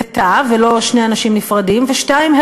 בתא, ולא שני אנשים נפרדים, ו-2.